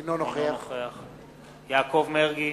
אינו נוכח יעקב מרגי,